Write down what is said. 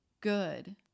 good